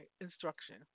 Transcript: instruction